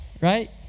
right